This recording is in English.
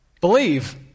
Believe